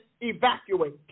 evacuate